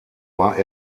war